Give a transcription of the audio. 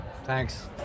Thanks